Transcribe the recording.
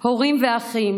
הורים ואחים,